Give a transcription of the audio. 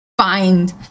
find